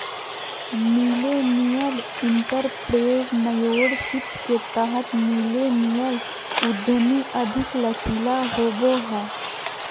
millennial entrepreneurship के तहत millennial उधमी अधिक लचीला होबो हय